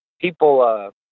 people